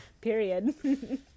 Period